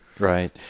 Right